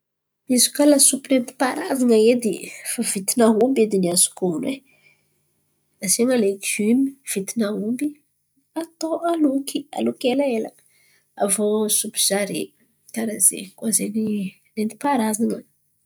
Izy koa lasopy netim-paharazan̈a fa vitin’ny ao ny azoko onon̈o e, asian̈a legioma vitin’ny aomby atô aloky elaela. Avio sopy zare, karazen̈y koa ze netim-paharazan̈a.